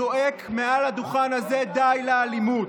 זועק מעל הדוכן הזה: די לאלימות.